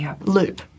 loop